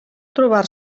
trobar